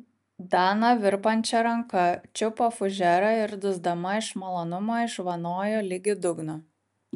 dana virpančia ranka čiupo fužerą ir dusdama iš malonumo išvanojo ligi dugno